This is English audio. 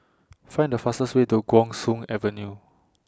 Find The fastest Way to Guan Soon Avenue